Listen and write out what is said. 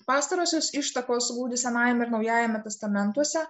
pastarosios ištakos glūdi senajame naujajame testamentuose